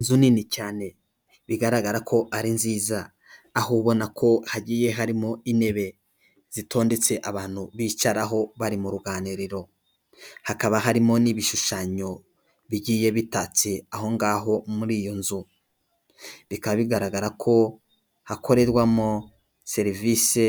Inzu nini cyane bigaragara ko ari nziza aho ubona ko hagiye harimo intebe zitondetse abantu bicaraho bari mu ruganiriro, hakaba harimo n'ibishushanyo bigiye bitatse aho ngaho muri iyo nzu, bikaba bigaragara ko hakorerwamo serivisi